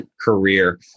career